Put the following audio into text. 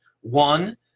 One